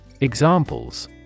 Examples